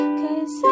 cause